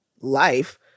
life